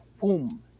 boom